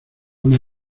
una